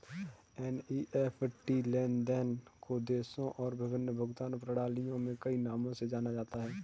NEFT लेन देन को देशों और विभिन्न भुगतान प्रणालियों में कई नामों से जाना जाता है